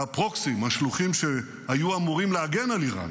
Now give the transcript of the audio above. והפרוקסי, השלוחים שהיו אמורים להגן על איראן,